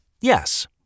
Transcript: yes